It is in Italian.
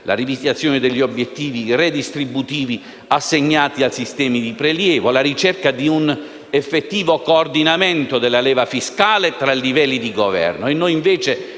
la rivisitazione degli obiettivi redistributivi assegnati ai sistemi di prelievo, la ricerca di un effettivo coordinamento della leva fiscale tra livelli di Governo.